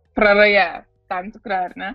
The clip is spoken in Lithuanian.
praraja tam tikra ar ne